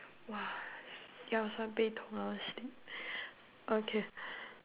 !wah! 腰酸背痛：yao suan bei tong I wanna sleep okay